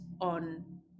on